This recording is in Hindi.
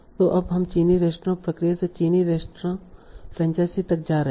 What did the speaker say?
तो अब हम चीनी रेस्तरां प्रक्रिया से चीनी रेस्तरां फ्रैंचाइज़ी तक जा रहे हैं